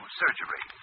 surgery